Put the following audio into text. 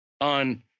on